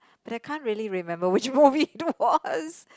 but I can't really remember which movie it was